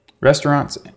Restaurants